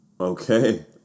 Okay